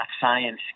science